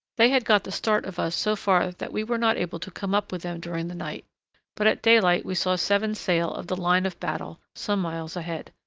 they had got the start of us so far that we were not able to come up with them during the night but at daylight we saw seven sail of the line of battle some miles ahead.